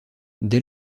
dès